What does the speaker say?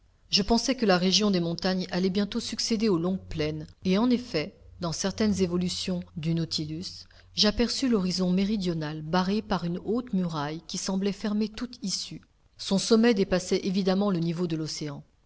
je pensai que la région des montagnes allait bientôt succéder aux longues plaines et en effet dans certaines évolutions du nautilus j'aperçus l'horizon méridional barré par une haute muraille qui semblait fermer toute issue son sommet dépassait évidemment le niveau de l'océan